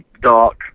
dark